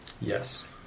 Yes